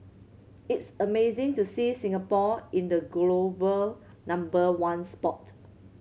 it's amazing to see Singapore in the global number one spot